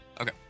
Okay